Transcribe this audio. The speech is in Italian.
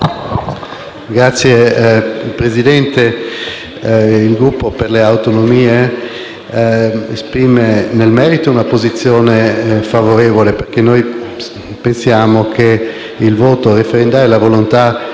Signor Presidente, il Gruppo Per le Autonomie esprime, nel merito, una posizione favorevole: noi pensiamo che il voto referendario e la volontà